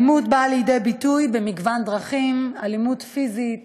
האלימות באה לידי ביטוי במגוון דרכים: אלימות פיזית,